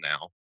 now